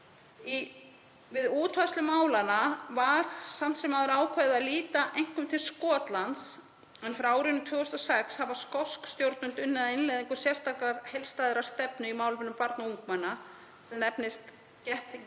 Við útfærslu málanna var samt sem áður ákveðið að líta einkum til Skotlands en frá árinu 2006 hafa skosk stjórnvöld unnið að innleiðingu sérstakrar heildstæðrar stefnu í málefnum barna og ungmenna sem nefnist, með